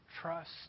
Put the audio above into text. Trust